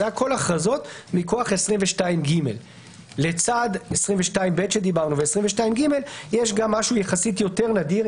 זה הכול הכרזות מכוח 22ג. לצד 22ב ו-22ג יש גם משהו יחסית יותר נדיר,